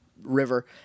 river